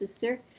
Sister